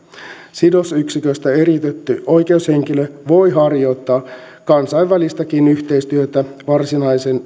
sidosyksiköstä eriytetty oikeushenkilö voi harjoittaa kansainvälistäkin yhteistyötä varsinaisen